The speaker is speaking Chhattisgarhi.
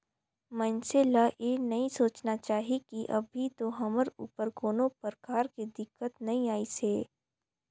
मइनसे ल ये नई सोचना चाही की अभी तो हमर ऊपर कोनो परकार के दिक्कत नइ आइसे